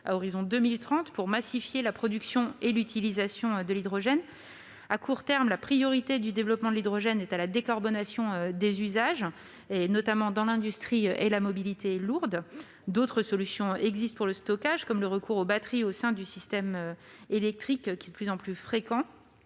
à l'horizon de 2030 pour massifier la production et l'utilisation de l'hydrogène. À court terme, la priorité du développement de l'hydrogène vise à la décarbonation des usages, notamment dans l'industrie et dans la mobilité lourde. D'autres solutions existent pour le stockage, comme le recours aux batteries au sein du système électrique, de plus en plus fréquent